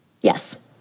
Yes